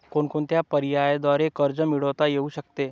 कोणकोणत्या पर्यायांद्वारे कर्ज मिळविता येऊ शकते?